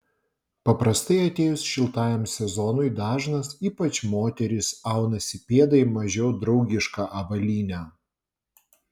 paprastai atėjus šiltajam sezonui dažnas ypač moterys aunasi pėdai mažiau draugišką avalynę